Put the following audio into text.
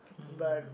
but